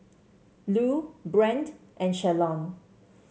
Lue Brent and Shalon